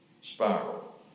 spiral